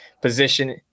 position